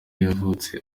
yavutse